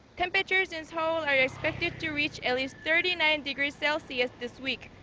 temperatures in seoul are yeah expected to reach at least thirty nine degrees celsius this week,